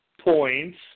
points